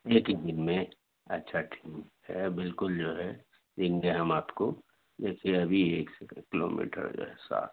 ایک ایچ دن میں اچھا ٹھیک ہے بالکل جو ہے دیں گے ہم آپ کو دیکھیے ابھی ایک سیکنڈ کلو میٹر جو ہے سات